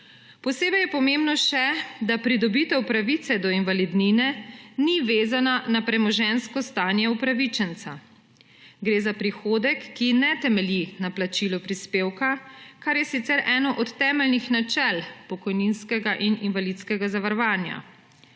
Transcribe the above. Posebej je pomembno še, da pridobitev pravice do invalidnine ni vezana na premoženjsko stanje upravičenca. Gre za prihodek, ki ne temelji na plačilu prispevka, kar je sicer eno od temeljnih načel pokojninskega in invalidskega zavarovanja.